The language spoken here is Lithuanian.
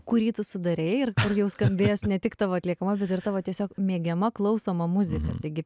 kurį tu sudarei ir jau skambės ne tik tavo atliekama bet ir tavo tiesiog mėgiama klausoma muzika taigi